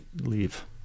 leave